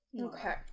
Okay